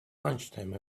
lunchtime